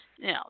Now